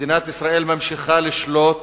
מדינת ישראל ממשיכה לשלוט